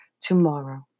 tomorrow